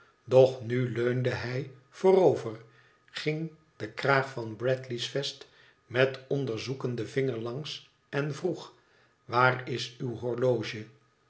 doch nu leunde hij voorover ging den kraag van bradley's vest met onderzoekenden vinger langs en vroeg waar is uw horloge